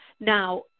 Now